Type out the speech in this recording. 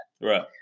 Right